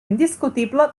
indiscutible